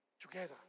together